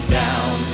down